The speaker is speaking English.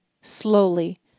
slowly